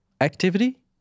activity